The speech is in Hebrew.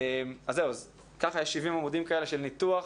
אז זהו, ככה יש 70 עמודים כאלה של ניתוח,